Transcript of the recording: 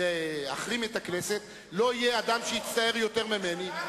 לפחות לעצור את ההידרדרות ואת הקטסטרופה הכלכלית שהוא מוביל